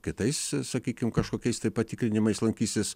kitais sakykim kažkokiais tai patikrinimais lankysis